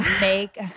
make